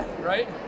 right